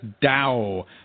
Dow